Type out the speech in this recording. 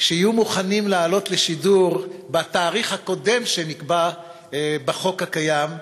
שיהיו מוכנים לעלות לשידור בתאריך הקודם שנקבע בחוק הקיים,